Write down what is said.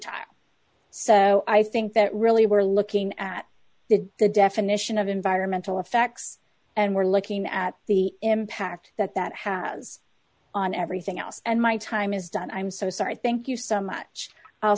futile so i think that really we're looking at the definition of environmental effects and we're looking at the impact that that has on everything else and my time is done i'm so sorry thank you so